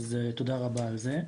אז תודה רבה על זה.